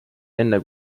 enne